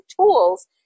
tools